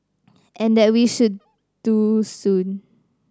and that we should do soon